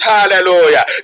Hallelujah